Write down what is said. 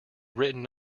written